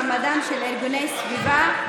מעמדם של ארגוני סביבה),